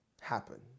happen